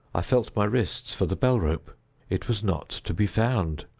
i felt my wrists for the bell-rope it was not to be found.